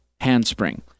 Handspring